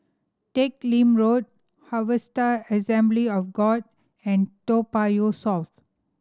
Teck Lim Road Harvester Assembly of God and Toa Payoh South